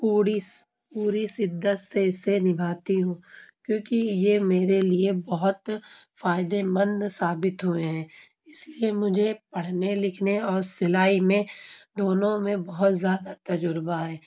پوڑس پوری شدت سے اسے نبھاتی ہوں کیوںکہ یہ میرے لیے بہت فائدے مند ثابت ہوئے ہیں اس لیے مجھے پڑھنے لکھنے اور سلائی میں دونوں میں بہت زیادہ تجربہ ہے